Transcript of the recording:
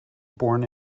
born